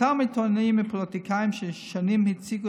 מאותם עיתונאים ופוליטיקאים ששנים הציגו